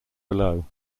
below